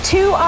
Two